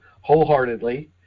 wholeheartedly